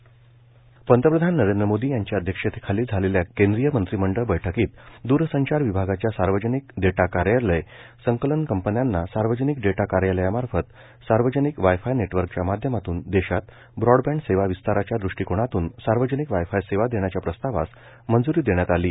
सार्वजनिक wifi पंतप्रधान नरेंद्र मोदी यांच्या अध्यक्षतेखाली झालेल्या केंद्रीय मंत्रीमंडळ बैठकीत द्रसंचार विभागाच्या सार्वजनिक डेटाकार्यालय संकलक कंपन्यांना सार्वजनिक डेटा कार्यालयामार्फत सार्वजनिक वाय फाय नेटवर्कच्या माध्यमातून देशात ब्रॉडबँड सेवा विस्ताराच्या दृष्टीकोनातून सार्वजनिक वाय फाय सेवा देण्याच्या प्रस्तावास मंजुरी देण्यात आली आहे